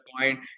point